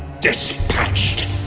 dispatched